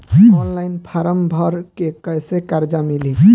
Online form भर के कैसे कर्जा मिली?